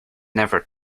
never